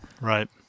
Right